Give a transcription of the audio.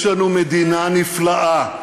יש לנו מדינה נפלאה.